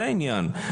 זה העניין.